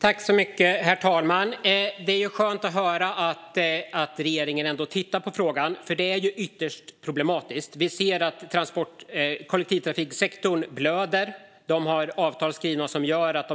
Herr talman! Det är skönt att höra att regeringen ändå tittar på frågan, för det här är ytterst problematiskt. Vi ser att kollektivtrafiksektorn blöder. Den har avtal skrivna som gör att